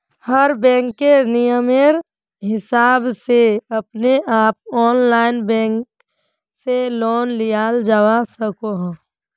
हर बैंकेर नियमेर हिसाब से अपने आप ऑनलाइन बैंक से लोन लियाल जावा सकोह